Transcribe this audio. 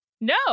No